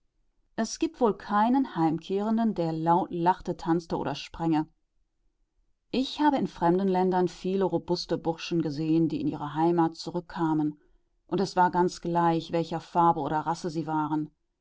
es gibt wohl keinen heimkehrenden der laut lachte tanzte oder spränge ich habe in fremden ländern viele robuste burschen gesehen die in ihre heimat zurückkamen und es war ganz gleich welcher farbe oder rasse sie waren